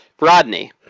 Rodney